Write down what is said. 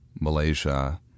Malaysia